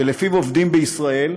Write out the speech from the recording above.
שלפיו עובדים בישראל,